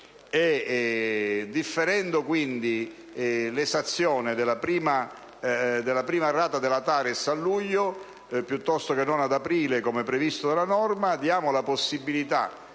Differendo, quindi, l'esazione della prima rata della TARES a luglio piuttosto che ad aprile, come previsto dalla norma, diamo la possibilità